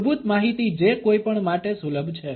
મૂળભૂત માહિતી જે કોઈપણ માટે સુલભ છે